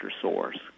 source